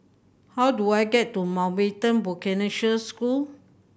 how do I get to Mountbatten Vocational School